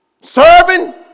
serving